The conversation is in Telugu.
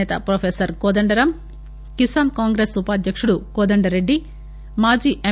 నేత ప్రొఫెసర్ కోదండరామ్ కిసాస్ కాంగ్రెస్ ఉపాధ్యకుడు కోదండరెడ్డి మాజీ ఎం